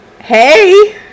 hey